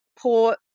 poor